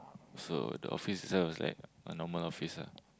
so the office itself is like a normal office ah